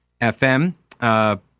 FM